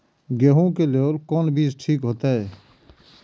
गेहूं के लेल कोन बीज ठीक होते?